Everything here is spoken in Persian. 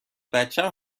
بچم